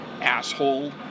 asshole